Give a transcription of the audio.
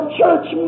church